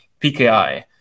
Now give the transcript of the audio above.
PKI